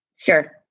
Sure